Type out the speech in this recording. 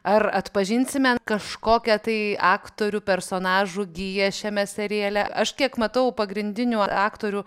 ar atpažinsime kažkokią tai aktorių personažų giją šiame seriale aš kiek matau pagrindinių aktorių